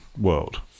world